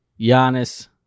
Giannis